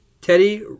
Teddy